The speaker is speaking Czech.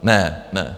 Ne, ne.